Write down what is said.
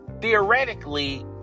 theoretically